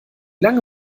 lange